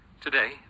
Today